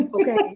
okay